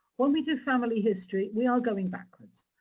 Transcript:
when we do family history, we are going backwards.